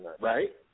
right